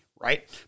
right